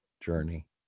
journey